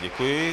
Děkuji.